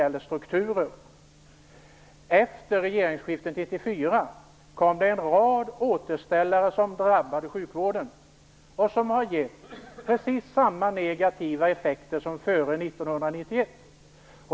Efter regeringsskiftet 1994 kom det en rad återställare som drabbade sjukvården och som har givit precis samma negativa effekter som före 1991.